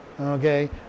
Okay